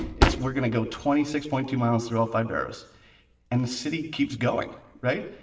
it's we're going to go twenty six point two miles through all five boroughs and the city keeps going. right.